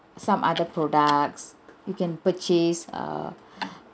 some other products you can purchase err